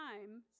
time